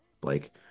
Blake